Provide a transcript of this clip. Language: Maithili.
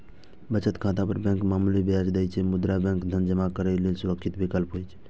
बचत खाता पर बैंक मामूली ब्याज दै छै, मुदा बैंक धन जमा करै लेल सुरक्षित विकल्प होइ छै